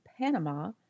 Panama